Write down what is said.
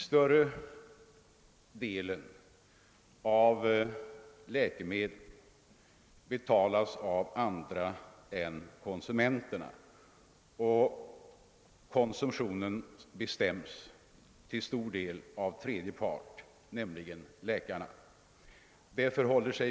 Större delen av läkemedlen betalas av andra än konsumenterna, och konsumtionen bestäms till stor del av tredje part, nämligen läkarna.